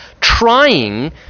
trying